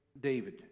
David